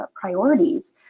priorities